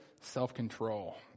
self-control